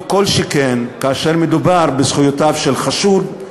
לא כל שכן כאשר מדובר בזכויותיו של חשוד,